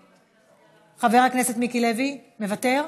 מוותר,